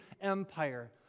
empire